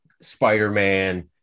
Spider-Man